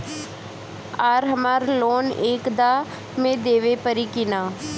आर हमारा लोन एक दा मे देवे परी किना?